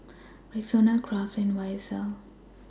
Rexona Kraft and Y S L